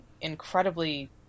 incredibly